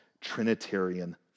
Trinitarian